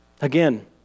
Again